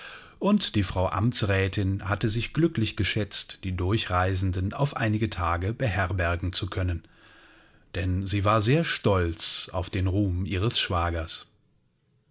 und die frau amtsrätin hatte sich glücklich geschätzt die durchreisenden auf einige tage beherbergen zu können denn sie war sehr stolz auf den ruhm ihres schwagers